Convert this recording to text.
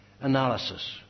analysis